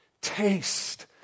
Taste